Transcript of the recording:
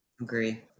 agree